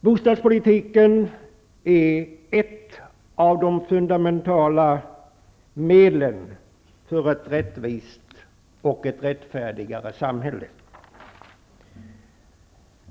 Bostadspolitiken är ett av de fundamentala medlen för ett rättvist och ett rättfärdigare samhälle.